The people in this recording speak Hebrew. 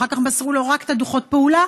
אחר כך מסרו לו רק את דוחות הפעולה,